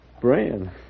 Brand